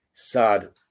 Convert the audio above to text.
sad